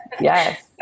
Yes